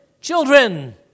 children